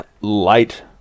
light